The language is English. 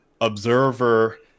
observer